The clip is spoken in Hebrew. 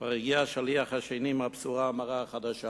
כבר הגיע השליח השני עם הבשורה המרה החדשה.